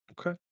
Okay